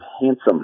handsome